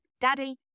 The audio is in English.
Daddy